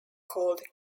called